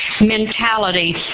mentality